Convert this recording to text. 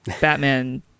Batman